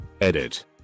Edit